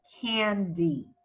candy